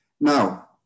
Now